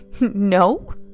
No